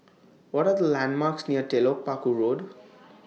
What Are The landmarks near Telok Paku Road